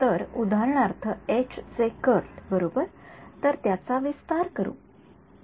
तर उदाहरणार्थ एच चे कर्ल बरोबर तर त्याचा विस्तार करू